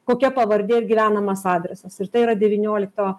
kokia pavardė ir gyvenamas adresas ir tai yra devyniolikto